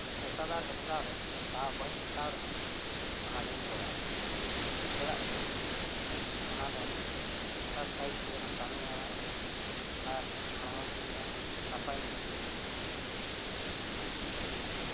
ᱯᱮᱥᱟᱫᱟᱨ ᱦᱮᱯᱨᱟᱣ ᱨᱮ ᱫᱟᱣ ᱵᱟᱹᱧ ᱦᱟᱛᱟᱣ ᱨᱮᱦᱚᱸ ᱚᱱᱟ ᱫᱩᱧ ᱠᱚᱨᱟᱣᱟ ᱪᱮᱫᱟᱜ ᱥᱮ ᱚᱱᱟ ᱫᱚ ᱮᱠᱥᱟᱨᱥᱟᱭᱤᱡ ᱨᱮᱦᱚ ᱠᱟᱹᱢᱤᱭ ᱮᱢᱟ ᱟᱨ ᱦᱚᱲᱢᱚ ᱡᱤᱣᱤ ᱨᱮᱦᱚᱸ ᱱᱟᱯᱟᱭᱤᱧ ᱵᱩᱡᱷᱟᱹᱣᱟ